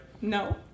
No